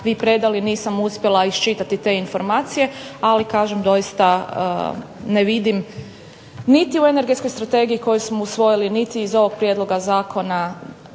vi predali nisam uspjela iščitati te informacije, ali doista ne vidim niti u Energetskoj strategiji koju smo usvojili niti iz ovog prijedloga zakona